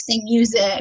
music